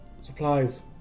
Supplies